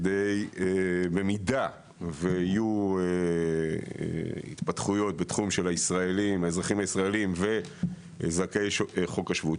כי במידה ויהיו התפתחויות בתחום של האזרחים הישראלים וזכאי חוק השבות,